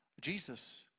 Jesus